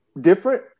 different